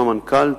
עם המנכ"ל,